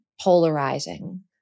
polarizing